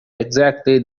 exactly